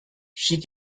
she